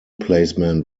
placement